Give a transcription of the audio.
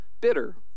bitter